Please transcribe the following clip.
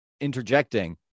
interjecting